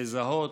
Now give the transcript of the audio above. לזהות,